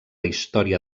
història